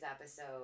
episode